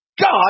God